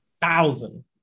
thousand